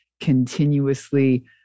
continuously